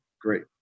Great